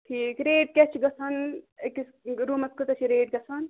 ٹھیٖک ریٚٹ کیٛاہ چھِ گَژھان أکِس روٗمَس کۭژاہ چھِ ریٚٹ گَژھان